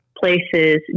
places